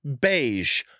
beige